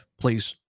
please